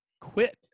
quit